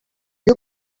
you